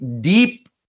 deep